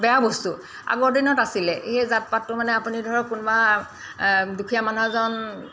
বেয়া বস্তু আগৰ দিনত আছিলে সেই জাত পাতটো মানে আপুনি ধৰক কোনোবা দুখীয়া মানুহ এজন